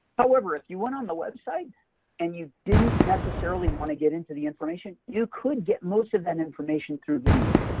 however, if you went on the website and you didn't necessarily want to get into the information you could get most of that information through video.